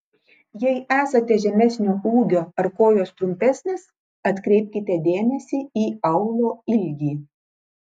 jei esate žemesnio ūgio ar kojos trumpesnės atkreipkite dėmesį į aulo ilgį